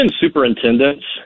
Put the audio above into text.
superintendents